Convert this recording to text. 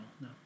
no